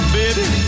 baby